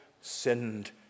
sinned